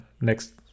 next